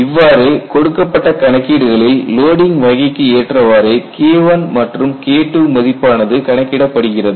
இவ்வாறு கொடுக்கப்பட்ட கணக்கீடுகளில் லோடிங் வகைக்கு ஏற்றவாறு KI மற்றும் KII மதிப்பானது கணக்கிடப்படுகிறது